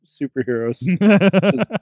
superheroes